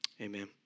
Amen